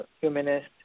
humanist